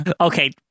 okay